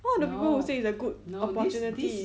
why the people would say it's a good opportunity